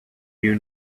you